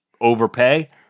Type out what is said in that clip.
overpay